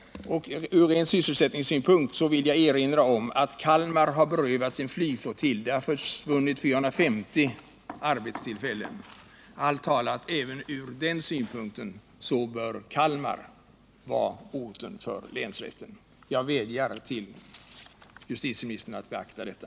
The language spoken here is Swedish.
Med tanke på sysselsättningen vill jag erinra om att Kalmar har förlorat sin flygflottilj, varvid 450 statliga arbetstillfällen försvann. Även detta faktum talar för att länsrätten förläggs till Kalmar. Jag vädjar till justitieministern att beakta detta.